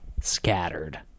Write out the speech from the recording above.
scattered